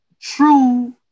true